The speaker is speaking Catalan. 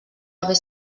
haver